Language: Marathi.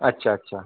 अच्छा अच्छा